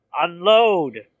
unload